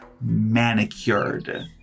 manicured